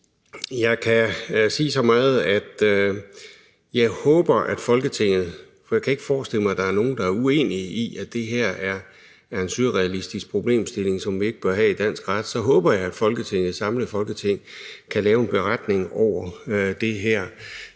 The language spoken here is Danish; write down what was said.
jeg kan sige så meget, at jeg håber, at et samlet Folketing – for jeg kan ikke forestille mig, at der er nogen, der er uenige i, at det her er en surrealistisk problemstilling, som vi ikke bør have i dansk ret – kan lave en beretning over det her.